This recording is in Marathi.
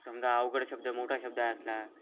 समजा अवघड शब्द मोठा शब्द असला